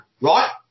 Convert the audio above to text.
right